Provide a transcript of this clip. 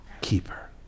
keeper